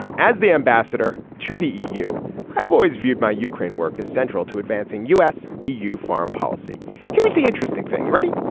as the ambassador to the eu i have always viewed my ukraine work as central to advancing us eu foreign policy here's the interesting thing. you ready.